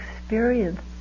experience